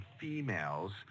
females